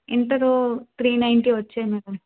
inter three ninety వచ్చాయి madam